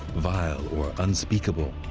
vile, or unspeakable.